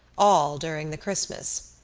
all during the christmas.